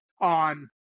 on